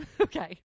Okay